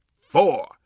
four